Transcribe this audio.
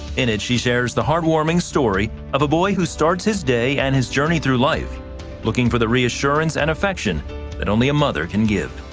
in it she shares the heart warming story of a boy who starts his day and his journey through life looking for the reassurance and affection only a mother can give.